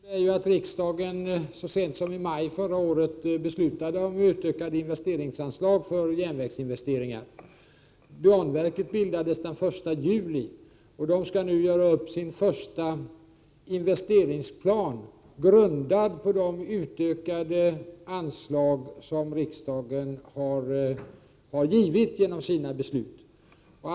Herr talman! Så sent som i maj förra året beslutade ju riksdagen om utökade anslag för järnvägsinvesteringar. Banverket bildades den 1 juli i fjol och skall nu göra sin första investeringsplan grundad på de utökade anslag som riksdagen alltså har beslutat om.